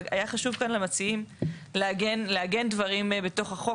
והיה חשוב כאן למציעים לעגן דברים בתוך החוק,